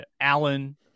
Allen